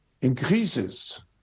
increases